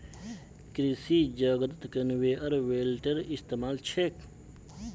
कृषि जगतत कन्वेयर बेल्टेर इस्तमाल छेक